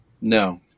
No